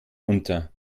unter